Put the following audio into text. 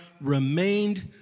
remained